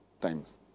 times